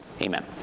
Amen